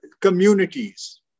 communities